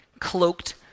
Cloaked